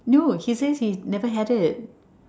no he says he never had it